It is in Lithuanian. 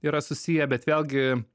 yra susiję bet vėlgi